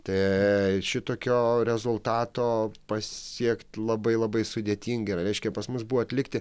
tai šitokio rezultato pasiekt labai labai sudėtinga yra reiškia pas mus buvo atlikti